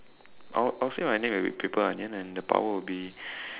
I'll I'll say my name will be paper onion and the power will be